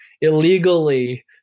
illegally